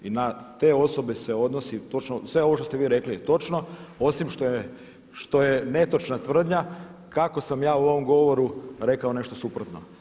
I na te osobe se odnosi točno i sve ovo što ste vi rekli je točno osim što je netočna tvrdnja kako sam ja u ovom govoru rekao nešto suprotno.